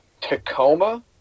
Tacoma